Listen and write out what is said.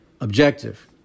objective